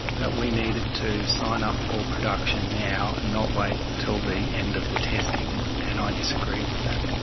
that we needed to sign up for production now and not wait until the end of the testing. and and i disagreed with that.